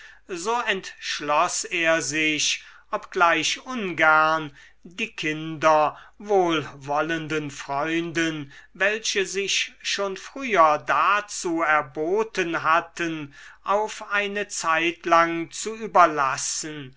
so entschloß er sich obgleich ungern die kinder wohlwollenden freunden welche sich schon früher dazu erboten hatten auf eine zeitlang zu überlassen